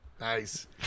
Nice